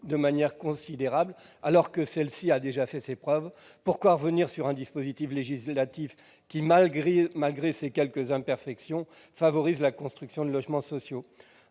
de manière considérable, alors que celle-ci a déjà fait ses preuves. Pourquoi revenir sur un dispositif législatif, qui, malgré ses quelques imperfections, favorise la construction de logements sociaux ?